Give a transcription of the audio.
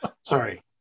Sorry